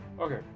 Okay